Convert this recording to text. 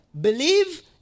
Believe